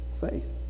faith